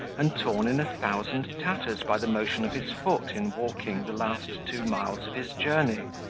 and torn in a thousand tatters by the motion of his foot in walking the last two miles of his journey.